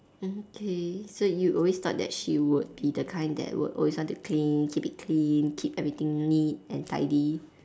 mm okay so you always thought that she would be the kind that would always want to clean keep it clean keep everything neat and tidy